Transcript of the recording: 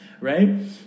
right